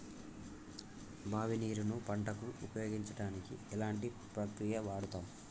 బావి నీరు ను పంట కు ఉపయోగించడానికి ఎలాంటి ప్రక్రియ వాడుతం?